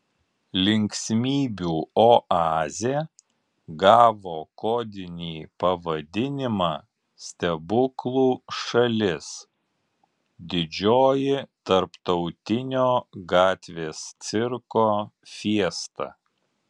linksmybių oazė gavo kodinį pavadinimą stebuklų šalis didžioji tarptautinio gatvės cirko fiesta